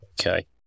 Okay